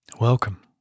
welcome